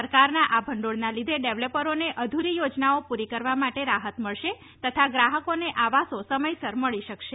સરકારના આ ભંડોળના લીધે ડેવલપરોને અધુરી થોજનાઓ પુરી કરવા માટે રાહત મળશે તથા ગ્રાહકોને આવાસો સમયસર મળી શકશે